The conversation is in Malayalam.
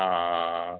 ആ